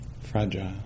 fragile